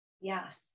yes